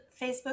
Facebook